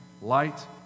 Light